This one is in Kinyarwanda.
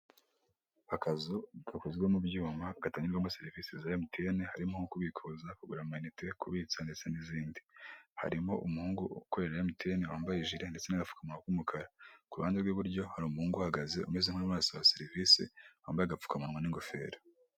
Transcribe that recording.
Akazu gakozwe mu byuma katangirwamo serivisi za emutiyene (MTN) harimo kubikuza ,kugura amayinite , kubitsa ndetse n'izindi .Harimo umuhungu ukorera emutiyene (MTN) wambaye ijire ndetse n'agapfukamunwa k'umukara. Ku ruhande rw'iburyo hari umuhungu uhagaze umeze nk'urimo arasaba serivisi wambaye agapfukamunwa n'ingofero.